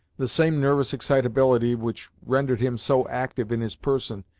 the same nervous excitability which rendered him so active in his person,